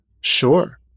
Sure